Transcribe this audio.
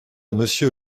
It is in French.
monsieur